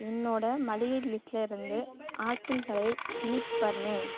என்னோட மளிகை லிஸ்ட்டில் இருந்து ஆப்பிள்களை டிலீட் பண்ணு